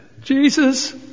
Jesus